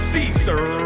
Caesar